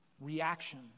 reaction